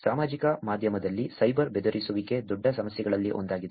ಸಾಮಾಜಿಕ ಮಾಧ್ಯಮದಲ್ಲಿ ಸೈಬರ್ ಬೆದರಿಸುವಿಕೆ ದೊಡ್ಡ ಸಮಸ್ಯೆಗಳಲ್ಲಿ ಒಂದಾಗಿದೆ